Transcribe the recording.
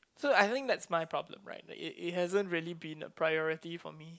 so I think that's my problem right it it haven't really been the priority for me